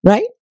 Right